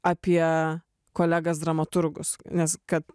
apie kolegas dramaturgus nes kad